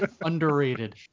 underrated